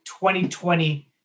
2020